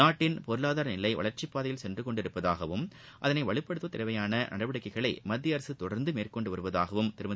நாட்டின் பொருளாதார நிலை வளர்ச்சிப்பாதையில் சென்று கொண்டிருப்பதாகவும் அதனை வலுப்படுத்துவதற்கு தேவையான நடவடிக்கைகளை மத்திய அரசு தொடர்ந்த மேற்கொண்டு வருவதாகவம் திருமதி